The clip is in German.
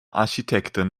architekten